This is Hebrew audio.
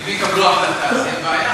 אם יקבלו החלטה, זו בעיה.